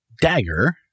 dagger